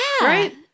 Right